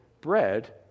bread